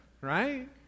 Right